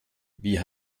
wie